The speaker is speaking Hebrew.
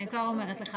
אני כבר אומרת לך